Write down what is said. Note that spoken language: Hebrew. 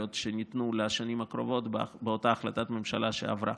שניתנו לשנים הקרובות באותה החלטת ממשלה שעברה.